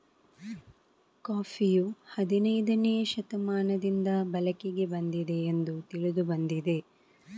ಕಾಫಿಯು ಹದಿನೈದನೇ ಶತಮಾನದಿಂದ ಬಳಕೆಗೆ ಬಂದಿದೆ ಎಂದು ತಿಳಿದು ಬಂದಿದೆ